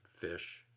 Fish